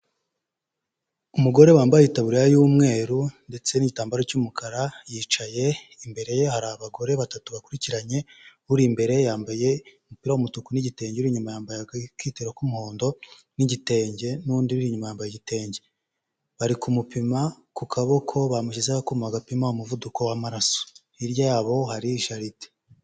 Umugore wambaye Itaburiya y'umweru ndetse n'igitambaro cy'umukara yicaye, imbere ye hari abagore batatu bakurikiranye, uri imbere yambaye umupira w'umutuku n'igitenge, uri inyuma yambaye akitero k'umuhondo n'igitenge n'undi inyuma yambaye igitenge. Bari kumupima ku kaboko, bamushyizeho akuma gapima umuvuduko w'amaraso, hirya yabo hari jaride.